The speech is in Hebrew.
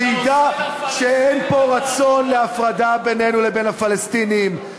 שידע שאין פה רצון להפרדה בינינו לבין הפלסטינים.